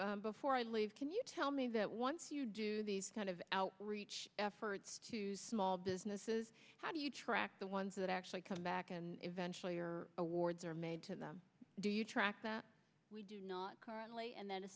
rigs before i leave can you tell me that once you do these kind of outreach efforts to small businesses how do you track the ones that actually come back and eventually or awards are made to them do you track that currently and th